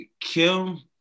Kim